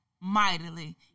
mightily